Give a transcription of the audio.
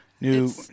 New